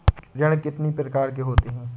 ऋण कितनी प्रकार के होते हैं?